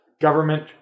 government